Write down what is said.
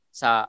sa